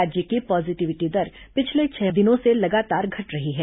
राज्य की पॉजिटिविटी दर पिछले छह दिनों से लगातार घट रही है